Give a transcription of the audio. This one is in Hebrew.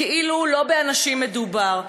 כאילו לא באנשים מדובר.